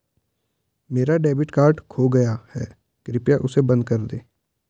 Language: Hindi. मेरा डेबिट कार्ड खो गया है, कृपया उसे बंद कर दें